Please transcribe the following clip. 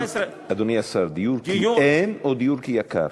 אדוני השר, דיור כי אין או דיור כי יקר?